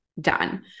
done